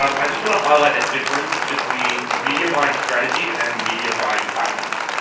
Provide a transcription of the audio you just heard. um i just want to highlight a difference between media buying strategy and media buying tactics.